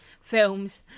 films